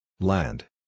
Land